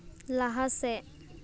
ᱞᱟᱦᱟ ᱥᱮᱫ